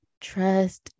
trust